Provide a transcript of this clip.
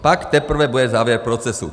Pak teprve bude závěr procesu.